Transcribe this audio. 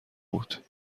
بود